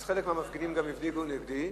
אז חלק מהמפגינים גם הפגינו נגדי,